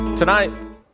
Tonight